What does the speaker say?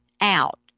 out